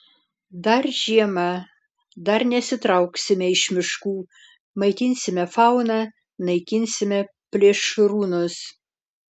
dar žiema dar nesitrauksime iš miškų maitinsime fauną naikinsime plėšrūnus